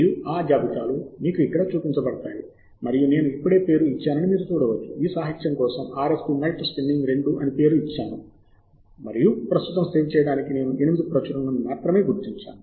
మరియు ఆ జాబితాలు మీకు ఇక్కడ చూపించబడతాయి మరియు నేను ఇప్పుడే పేరు ఇచ్చానని మీరు చూడవచ్చు ఈ సాహిత్యం కోసం RSP మెల్ట్ స్పిన్నింగ్ 2 అని పేరు ఇచ్చాను మరియు ప్రస్తుతం సేవ్ చేయడానికి నేను 8 ప్రచురణలను మాత్రమే గుర్తించాను